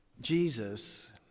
Jesus